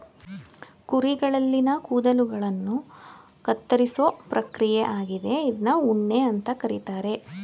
ಕುರಿಗಳಲ್ಲಿನ ಕೂದಲುಗಳನ್ನ ಕತ್ತರಿಸೋ ಪ್ರಕ್ರಿಯೆ ಆಗಿದೆ ಇದ್ನ ಉಣ್ಣೆ ಅಂತ ಕರೀತಾರೆ